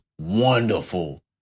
wonderful